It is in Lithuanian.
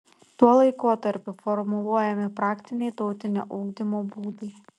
tuo laikotarpiu formuluojami praktiniai tautinio ugdymo būdai